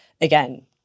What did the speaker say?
again